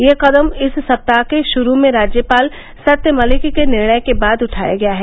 यह कदम इस सप्ताह के शुरू में राज्यपाल सत्यपाल मलिक के निर्णय के बाद उठाया गया है